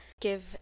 Give